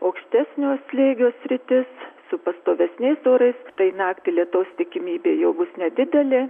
aukštesnio slėgio sritis su pastovesniais orais tai naktį lietaus tikimybė jau bus nedidelė